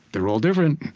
they're all different.